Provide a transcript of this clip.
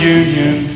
union